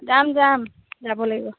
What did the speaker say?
যাম যাম যাব লাগিব